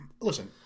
listen